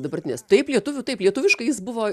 dabartinės taip lietuvių taip lietuviškai jis buvo